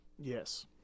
Yes